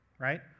right